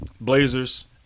Blazers